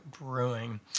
Brewing